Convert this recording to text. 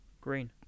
green